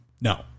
No